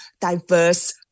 diverse